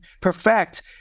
perfect